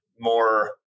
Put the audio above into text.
more